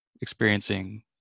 experiencing